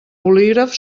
bolígraf